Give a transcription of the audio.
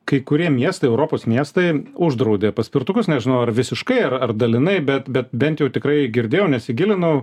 kai kurie miestai europos miestai uždraudė paspirtukus nežinau ar visiškai ar dalinai bet bet bent jau tikrai girdėjau nesigilinau